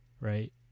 right